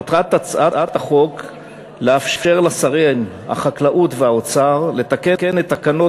מטרת הצעת החוק היא לאפשר לשר החקלאות ולשר האוצר לתקן את תקנות